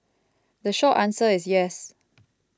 the short answer is yes